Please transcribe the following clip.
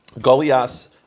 Goliath